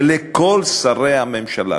שלכל שרי הממשלה,